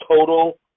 total